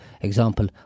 example